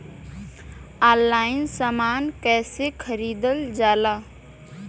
Online समान कैसे खरीदल जाला?